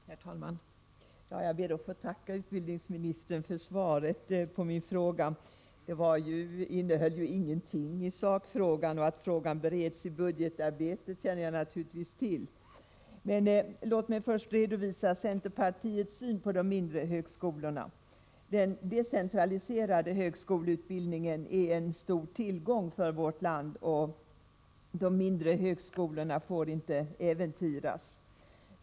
Herr talman! Jag ber att få tacka utbildningsministern för svaret på min fråga. Det innehöll ju ingenting i sakfrågan — att ärendet bereds i budgetarbetet känner jag naturligtvis till. Låt mig först redovisa centerpartiets syn på de mindre högskolorna. Den decentraliserade högskoleutbildningen är en stor tillgång för vårt land, och de mindre högskolorna får inte äventyras.